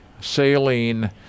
saline